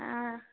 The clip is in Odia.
ହଁ